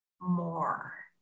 more